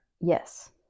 Yes